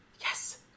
Yes